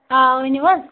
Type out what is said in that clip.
آ ؤنِو حظ